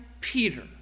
Peter